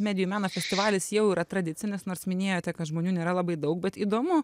medijų meno festivalis jau yra tradicinis nors minėjote kad žmonių nėra labai daug bet įdomu